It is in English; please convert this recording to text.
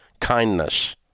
kindness